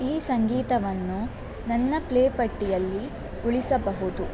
ಈ ಸಂಗೀತವನ್ನು ನನ್ನ ಪ್ಲೇ ಪಟ್ಟಿಯಲ್ಲಿ ಉಳಿಸಬಹುದು